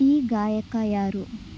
ಈ ಗಾಯಕ ಯಾರು